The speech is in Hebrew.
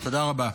תודה רבה,